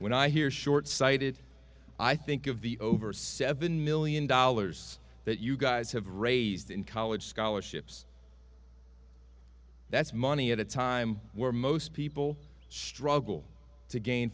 when i hear short sighted i think of the over seven million dollars that you guys have raised in college scholarships that's money at a time where most people struggle to gain